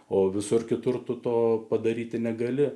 o visur kitur tu to padaryti negali